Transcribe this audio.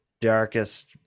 darkest